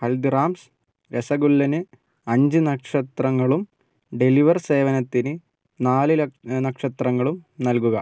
ഹൽദിറാംസ് രസഗുല്ലന് അഞ്ച് നക്ഷത്രങ്ങളും ഡെലിവർ സേവനത്തിന് നാല് നക്ഷത്രങ്ങളും നൽകുക